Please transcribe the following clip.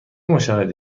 مشاهده